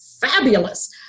fabulous